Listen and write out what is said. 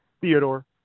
Theodore